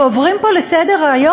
ועוברים פה לסדר-היום?